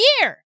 year